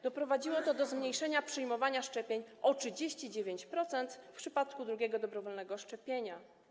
Doprowadziło to do zmniejszenia przyjmowania szczepień o 39% w przypadku drugiego dobrowolnego szczepienia”